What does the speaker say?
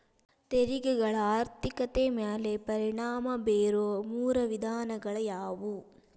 ತೆರಿಗೆಗಳ ಆರ್ಥಿಕತೆ ಮ್ಯಾಲೆ ಪರಿಣಾಮ ಬೇರೊ ಮೂರ ವಿಧಾನಗಳ ಯಾವು